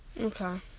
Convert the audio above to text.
Okay